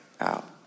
out